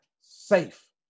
safe